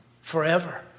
Forever